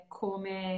come